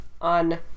on